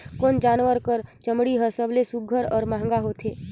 कोन जानवर कर चमड़ी हर सबले सुघ्घर और महंगा होथे?